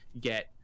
get